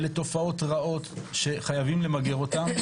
אלה תופעות רעות שחייבים למגר אותן.